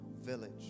village